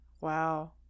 Wow